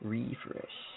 Refresh